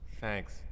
Thanks